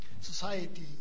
society